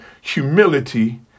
humility